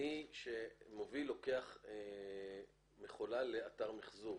כשמוביל לוקח מכולה לאתר מחזור,